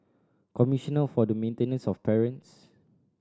Commissioner for the Maintenance of Parents